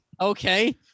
Okay